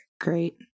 Great